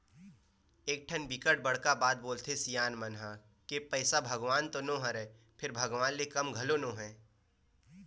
एकठन बिकट बड़का बात बोलथे सियान मन ह के पइसा भगवान तो नो हय फेर भगवान ले कम घलो नो हय